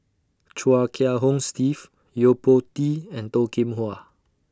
Chia Kiah Hong Steve Yo Po Tee and Toh Kim Hwa